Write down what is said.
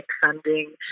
funding